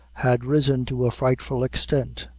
had risen to a frightful extent.